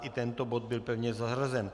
I tento bod byl pevně zařazen.